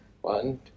One